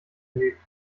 erlebt